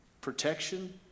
Protection